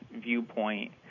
viewpoint